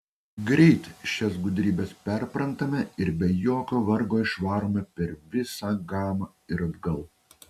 greit šias gudrybes perprantame ir be jokio vargo išvarome per visą gamą ir atgal